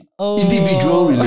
individual